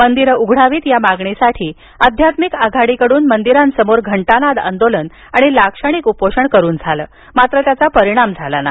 मंदिरं उघडावीत या मागणीसाठी आध्यात्मिक आघाडीकड्न मंदिरांसमोर घंटानाद आंदोलन आणि लाक्षणिक उपोषण करून झालं मात्र त्याचा परिणाम झाला नाही